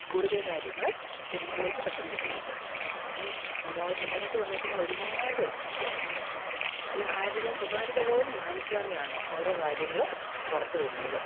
കൂടുതൽ കാര്യങ്ങൾ ജനങ്ങളിലേക്ക് പെട്ടെന്ന് എത്തുന്നുണ്ട് ഈ ലോകത്ത് ഇൻറ്റർനെറ്റ് വന്നതിൽപ്പിന്നെ ഒരുപാട് ആരുടേയും സ്വകാര്യത പോലും മാനിക്കാതെയാണ് ഓരോ കാര്യങ്ങളും പുറത്ത് വരുന്നത്